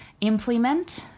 implement